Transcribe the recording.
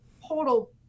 portal